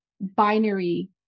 binary